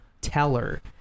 teller